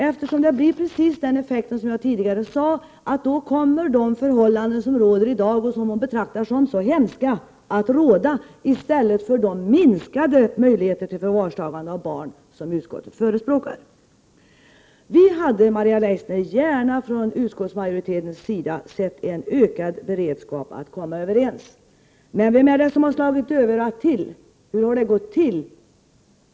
Effekten blir bara, som jag tidigare sade, att de förhållanden som råder i dag och som Maria Leissner betraktar som så hemska kommer att råda även framöver i stället för att vi får de minskade möjligheter till förvarstagande av barn som utskottet förespråkar. Utskottsmajoriteten hade gärna, Maria Leissner, sett en ökad beredskap för att komma överens. Men vem är det som slagit dövörat till och vad är det som hänt?